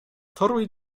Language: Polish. toruj